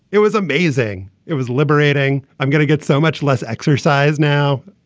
it was amazing. it was liberating. i'm gonna get so much less exercise now.